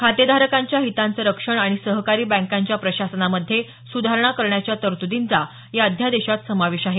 खातेधारकांच्या हितांचं रक्षण आणि सहकारी बँकांच्या प्रशासनामध्ये सुधारणा करण्याच्या तरतुदींचा या अध्यादेशात समावेश आहे